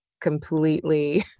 completely